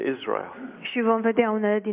Israel